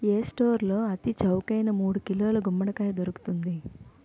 ఏ స్టోర్లో అతి చౌకైన మూడు కిలోల గుమ్మడికాయ దొరుకుతుంది